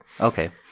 Okay